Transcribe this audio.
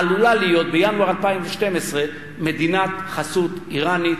עלולה להיות בינואר 2012 מדינת חסות אירנית,